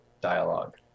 dialogue